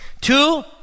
Two